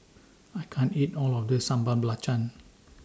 I can't eat All of This Sambal Belacan